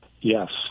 Yes